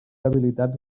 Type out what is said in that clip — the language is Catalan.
habilitats